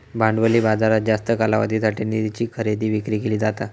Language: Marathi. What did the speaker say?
भांडवली बाजारात जास्त कालावधीसाठी निधीची खरेदी विक्री केली जाता